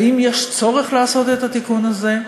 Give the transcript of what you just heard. האם יש צורך לעשות את התיקון הזה,